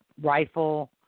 rifle